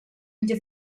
into